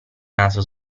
naso